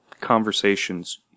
conversations